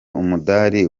umudali